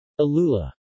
Alula